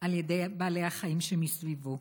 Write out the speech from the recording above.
על ידי בעלי החיים שמסביבו.